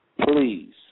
Please